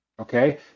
Okay